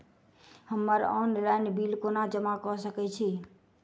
हम्मर online bill कोना जमा कऽ सकय छी?